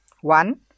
One